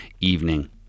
evening